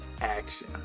action